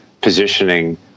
positioning